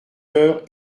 heures